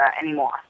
anymore